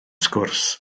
sgwrs